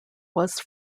was